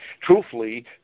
truthfully